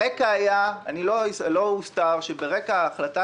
לא הוסתר שברקע ההחלטה,